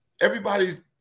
Everybody's –